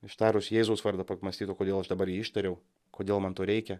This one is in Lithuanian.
ištarus jėzaus vardą pamąstyt o kodėl aš dabar jį ištariau kodėl man to reikia